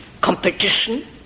competition